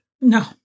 No